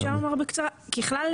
ככלל,